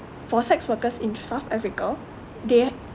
for sex workers in south africa they